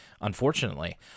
unfortunately